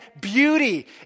beauty